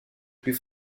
plus